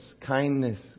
kindness